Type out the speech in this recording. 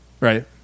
Right